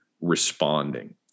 responding